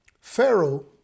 Pharaoh